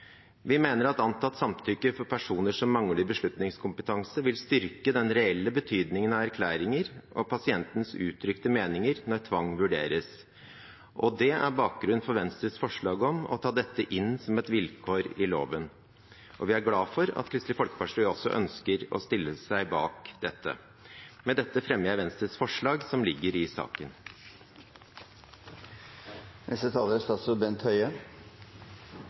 Vi mener at antatt samtykke for personer som mangler beslutningskompetanse, vil styrke den reelle betydningen av erklæringer og pasientens uttrykte meninger når tvang vurderes, og det er bakgrunnen for Venstres forslag om å ta dette inn som et vilkår i loven. Vi er glad for at Kristelig Folkeparti også ønsker å stille seg bak dette.